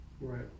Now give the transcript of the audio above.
Right